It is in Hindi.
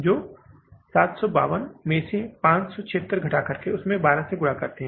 तो 752 में से 564 घटाकर उसमे 12 का गुणा करते है